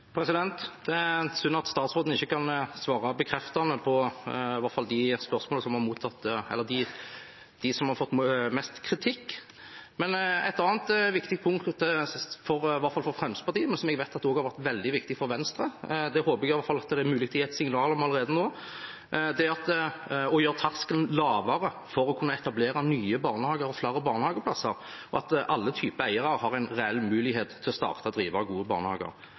Det er synd at statsråden ikke kan svare bekreftende på i hvert fall de spørsmålene som har fått mest kritikk. Et annet viktig punkt i hvert fall for Fremskrittspartiet, men som jeg vet også har vært veldig viktig for Venstre, som jeg håper det er mulig å gi et signal om allerede nå, er å gjøre terskelen lavere for å kunne etablere nye barnehager og flere barnehageplasser, og at alle typer eiere har en reell mulighet til å starte og drive gode barnehager.